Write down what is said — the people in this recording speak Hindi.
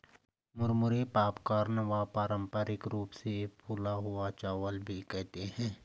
मुरमुरे पॉपकॉर्न व पारम्परिक रूप से फूला हुआ चावल भी कहते है